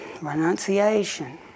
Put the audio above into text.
renunciation